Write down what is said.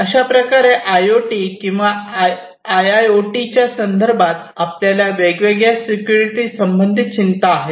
अशाप्रकारे आयओटी किंवा आयआयओटीच्या संदर्भात आपल्या वेगवेगळ्या सिक्युरिटी संबंधी चिंता आहेत